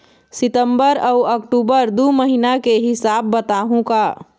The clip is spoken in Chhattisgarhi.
सितंबर अऊ अक्टूबर दू महीना के हिसाब बताहुं का?